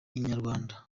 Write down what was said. inyarwanda